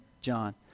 John